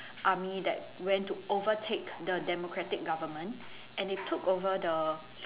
army that went to overtake the democratic government and they took over the